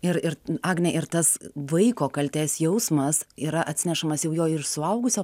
ir ir agne ir tas vaiko kaltės jausmas yra atsinešamas jau jo ir suaugusio